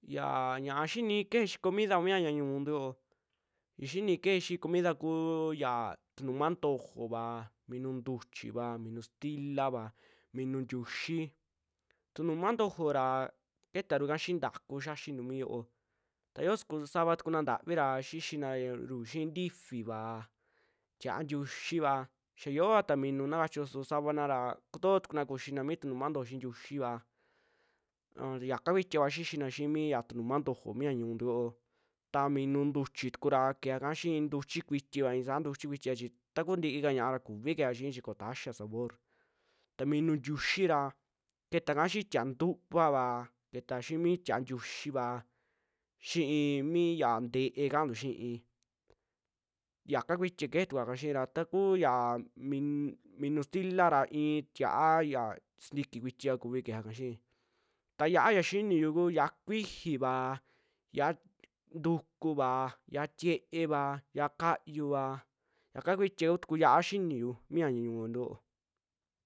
Yaa ña'a xiini keje xii comida mia yaa ñu'untu yoo, ya xini keje xi'i comida kuu yaa tunuma ntojova, minuu ntuchiva, minu stilaava, minuu ntiuxii tunumaa ntojoo ra keetaru ka xii ntakuu xiaxintu mii yo'o ta yoo suku savaa tuku na ntavira xixinaru xi'i ntifiva, tia'a ntiuxiiva xaa yoata minuu na kachio su savana ra kutoo tukuna kuxina mi tunuma ntojo xi'i ntiuxiva an yaka kuitia kua xixina xi'i mi tunuma ntojo mi ya ñiuntu yo'o, ta minu ntuchii tuku ra kejeaka xi'i ntuchi kuitia isa ntuchi kuitiva chi ta kuu ntiika ñaa'a kuvi kejea xi'i chi koo taxiaa sabor, ta minu ntiuxii ra ketaka xi'i tia'a ntuvaava ketaa xi'i mii tia'a ntiuxiva xi'i mi ya nte'e kaantu xi yaka kuitiva kejee tukua ka xiira, takuu ya min- minuu stilaa ra i'i tia'a ya sintikii kuitiva kuvii kejaa kaa xii, ta yia'a ya xiniu ku yia'a kuijiva yia- k ntukuva, yia'a tie'eva, yia'a kayuuva yaka kuitiia kutuku yia'a xiniyu mi ya ñu'untu yoo.